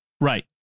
Right